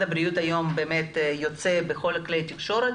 הבריאות היום שיוצא בכל כלי התקשורת,